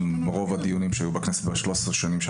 והשתתפתי ב-13 שנים האחרונות,